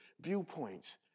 viewpoints